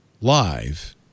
live